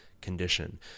condition